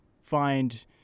find